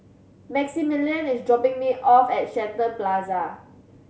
Maximilian is dropping me off at Shenton Plaza